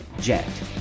Jet